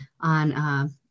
on